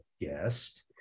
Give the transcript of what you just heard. guest